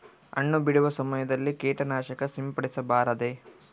ಹಣ್ಣು ಬಿಡುವ ಸಮಯದಲ್ಲಿ ಕೇಟನಾಶಕ ಸಿಂಪಡಿಸಬಾರದೆ?